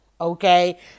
okay